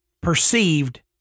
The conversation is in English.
perceived